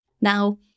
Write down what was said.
Now